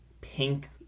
pink